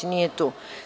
Nije tu.